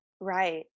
Right